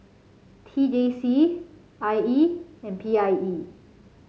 T J C I E and P I E